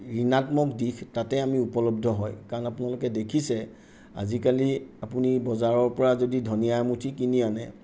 ঋণাত্মক দিশ তাতে আমি উপলব্ধ হয় কাৰণ আপোনালোকে দেখিছে আজিকালি আপুনি বজাৰৰ পৰা যদি ধনীয়া এমুঠি কিনি আনে